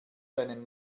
seinen